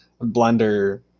Blender